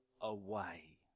away